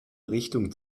richtung